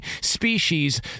species